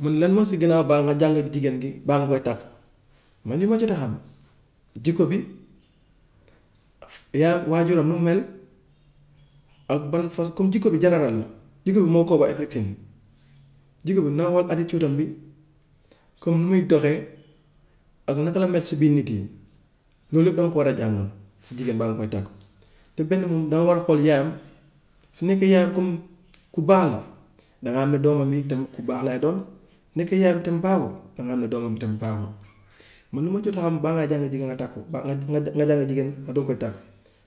Mu ne lan moo si gën a baax nga jàng jigéen gi baa nga koy takk, man li ma jot a xam jikko bi, yaayam waajuram nu mu mel ak ban faç- comme jikko bu jikko bi moo every time. Jikko bi na xool attitude am bi, comme nu muy doxee ak naka la mel si biir nit yi, loolu yëpp danga ko war a jànga si jigéen baa nga koy takk. te benn bi danga war a xool yaayam, su nekkee yaayam comme ku baax la, danga xam ne doomam yi tamit ku baax lay doon, su nekkee yaayam tamit baaxul dangay xam ne doomam bi tamit baaxul. man lu ma jot a xam baa ngay jàng jigéen nga takk ko, baa nga nga nga jàng jigéen nga doog koy takk,